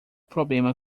problema